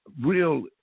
real